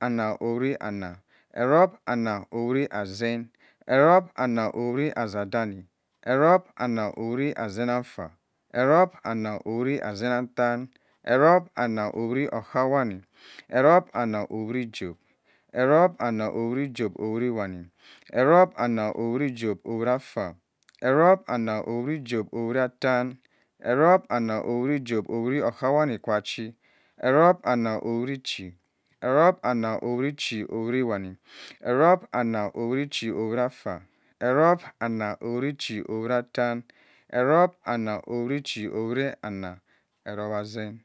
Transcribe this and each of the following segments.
Anna owit anna erop anna owit asin erop anna owit assadani erop anna owit nzam nffa erop anna owit nzan-attan erop anna owit okhabwani erop anna owit johb erop anna owit johb wani erop anna owit jobh owit ava erop anna owit jobh owit attan erop anna owit johb okhabwani kwa chi erop anna owit chi erop anna owit chi owit wani erop anna owit chi owit afa erop anna owit chi owit attan erop anna owit chi owit asin.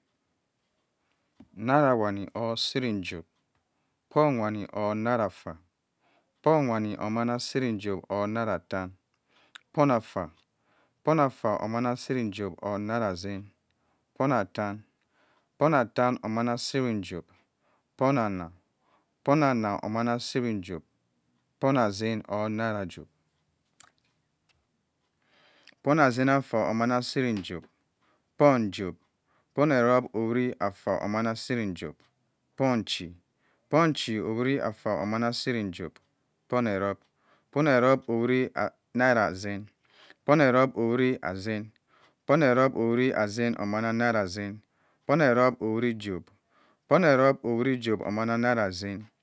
po wani or naira afa po wani omanna ciri johb or naira attan po afa, po afa omanna ciri johb or naira nzann po attan omanna ciri johb, po anna po anna omanna ciri johb po asin or naira johb po nzann affa omanna ciri johb po johb po owit afa omanna ciri johb po chi, po chi owit afa omanna ciri johb po erop, po erop owit naira asin po erop owit asin po erop owit asin omanna naira asin po erop owit johb po erop owit johb omanna naira asin